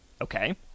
Okay